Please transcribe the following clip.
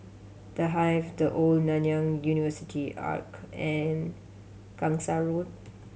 The Hive The Old Nanyang University Arch and Gangsa Road